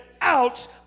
out